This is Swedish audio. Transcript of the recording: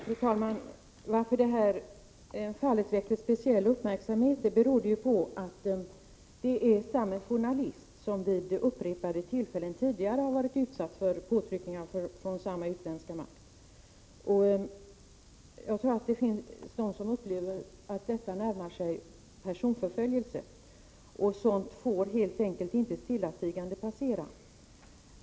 Fru talman! Att det här fallet väckte speciell uppmärksamhet berodde ju på att det är samme journalist som vid upprepade tillfällen tidigare har varit utsatt för påtryckningar från samma utländska makt. Jag tror att det finns de som upplever att detta närmar sig personförföljelse, och sådant får man helt enkelt inte stillatigande låta passera.